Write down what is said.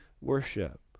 worship